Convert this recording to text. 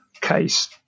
case